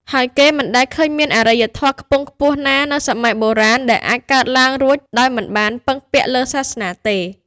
ហើយគេមិនដែលឃើញមានអរិយធម៌ខ្ពង់ខ្ពស់ណាមួយនៅសម័យបុរាណ ដែលអាចកើតឡើងរួចដោយមិនបានពឹងពាក់លើសាសនាទេ។